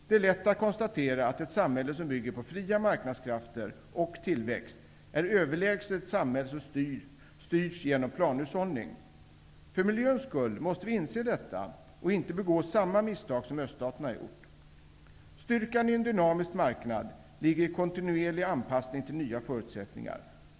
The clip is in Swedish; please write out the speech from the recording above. Det är lätt att konstatera att ett samhälle som bygger på fria marknadskrafter och tillväxt är överlägset ett samhälle som styrs genom planhushållning. För miljöns skull måste vi inse detta och inte begå samma misstag som öststaterna har gjort. Styrkan i en dynamisk marknad ligger i kontinuerlig anpassning till nya förutsättningar.